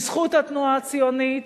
בזכות התנועה הציונית,